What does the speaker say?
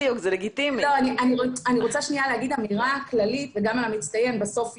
אני רוצה להגיד אמירה כללית וגם על המצטיין בסוף.